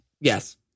Yes